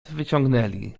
wyciągnęli